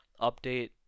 update